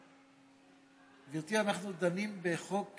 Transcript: היושבת-ראש, אנחנו דנים בחוק